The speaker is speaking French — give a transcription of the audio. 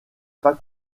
pas